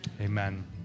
Amen